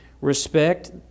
respect